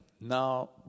Now